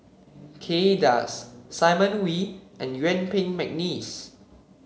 Kay Das Simon Wee and Yuen Peng McNeice